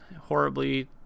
horribly